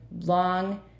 long